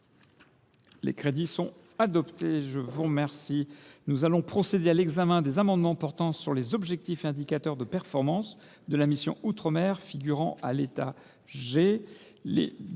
ces crédits, modifiés. Nous allons procéder à l’examen des amendements portant sur les objectifs et indicateurs de performance de la mission « Outre mer », figurant à l’état G.